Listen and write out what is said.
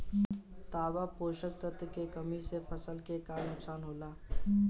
तांबा पोषक तत्व के कमी से फसल के का नुकसान होला?